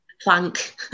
plank